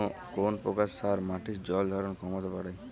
কোন প্রকার সার মাটির জল ধারণ ক্ষমতা বাড়ায়?